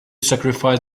sacrifice